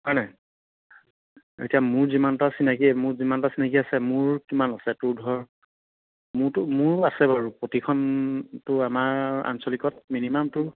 হয়নে এতিয়া মোৰ যিমানটা চিনাকি মোৰ যিমানটা চিনাকি আছে মোৰ কিমান আছে তোৰ ধৰ মোৰতো মোৰো আছে বাৰু প্ৰতিখনটো আমাৰ আঞ্চলিকত মিনিমাম তোৰ